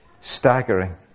Staggering